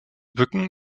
bücken